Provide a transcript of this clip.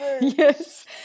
Yes